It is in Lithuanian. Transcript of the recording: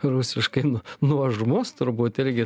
rusiškai nuožmus turbūt irgi